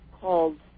called